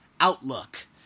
Outlook